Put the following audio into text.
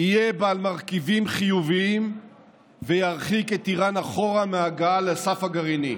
יהיה בעל מרכיבים חיוביים וירחיק את איראן אחורה מהגעה לסף הגרעיני.